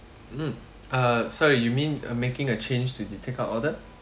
mm uh sorry you mean uh making a change to the take out order